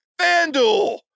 FanDuel